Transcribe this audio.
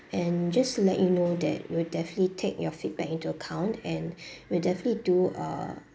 and just to let you know that we'll definitely take your feedback into account and we'll definitely do uh